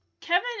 Kevin